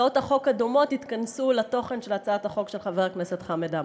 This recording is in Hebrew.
הצעות החוק הדומות יתכנסו לתוכן של הצעת החוק של חבר הכנסת חמד עמאר.